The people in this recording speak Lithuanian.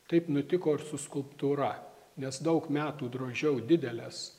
taip nutiko ir su skulptūra nes daug metų drožiau dideles